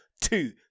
two